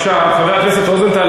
חבר הכנסת רוזנטל,